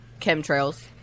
chemtrails